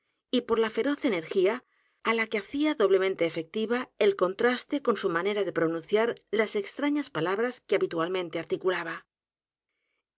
y por la feroz energía á la que hacía doblemente efectiva el contraste con su manera de pronunciar las extrañas palabras que habitualmente articulaba